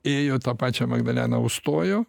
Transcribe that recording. ėjo tą pačią magdaleną užstojo